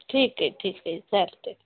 ठीक आहे ठीक आहे चालतं आहे